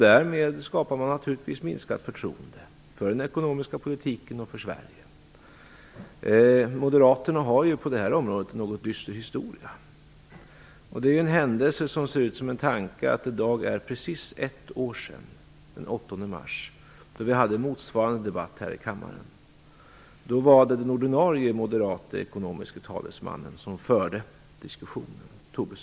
Därmed skapar man naturligtvis ett minskat förtroende för den ekonomiska politiken och för Sverige. Moderaterna har på detta område en något dyster historia. Det är en händelse som ser ut som en tanke att det i dag, den 8 mars, är precis ett år sedan vi förde en motsvarande debatt här i kammaren. Då var det den ordinarie moderate ekonomiske talesmannen Lars Tobisson som förde diskussionen.